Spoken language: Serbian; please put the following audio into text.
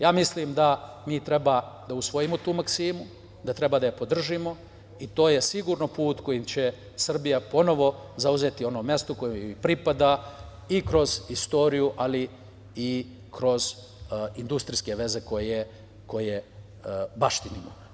Ja mislim da mi treba da usvojimo tu maksimu, da treba da je podržimo i to je sigurno put kojim će Srbija ponovo zauzeti ono mesto koje joj pripada, i kroz istoriju, ali i kroz industrijske veze koje baštinimo.